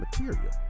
material